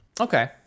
Okay